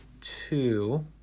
two